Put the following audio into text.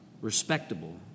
respectable